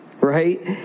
right